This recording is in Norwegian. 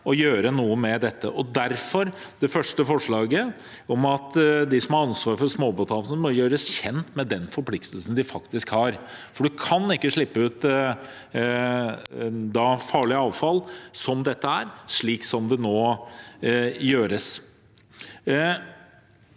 å gjøre noe med dette. Derfor har vi det første forslaget, om at de som har ansvar for småbåthavner i Norge, må gjøres kjent med den forpliktelsen de faktisk har, for man kan ikke slippe ut farlig avfall, som dette er, slik som det nå gjøres.